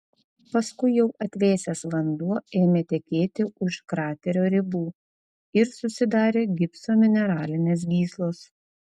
paskui jau atvėsęs vanduo ėmė tekėti už kraterio ribų ir susidarė gipso mineralinės gyslos